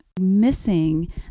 missing